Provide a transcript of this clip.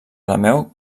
arameu